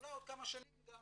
אולי עוד כמה שנים גם